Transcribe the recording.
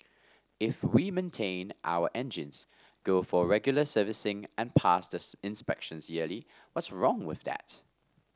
if we maintain our engines go for regular servicing and pass the inspections yearly what's wrong with that